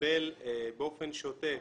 לקבל באופן שוטף